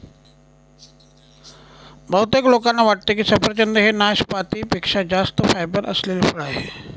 बहुतेक लोकांना वाटते की सफरचंद हे नाशपाती पेक्षा जास्त फायबर असलेले फळ आहे